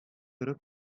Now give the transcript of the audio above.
төрек